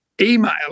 email